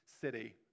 city